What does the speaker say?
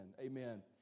Amen